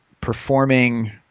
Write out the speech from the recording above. performing